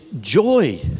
joy